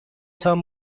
تان